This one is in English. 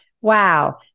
Wow